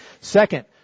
Second